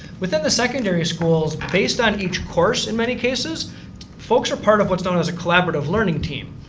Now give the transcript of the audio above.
within the secondary schools, based on each course in many cases folks are part of what's known as collaborative learning team.